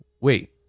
wait